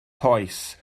toes